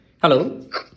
Hello